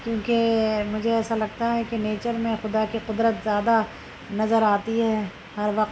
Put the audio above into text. کیونکہ مجھے ایسا لگتا ہے کہ نیچر میں خدا کی قدرت زیادہ نظر آتی ہے ہر وقت